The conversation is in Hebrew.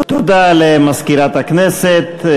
תודה למזכירת הכנסת.